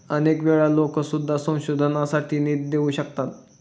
अनेक वेळा लोकं सुद्धा संशोधनासाठी निधी देऊ शकतात